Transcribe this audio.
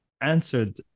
answered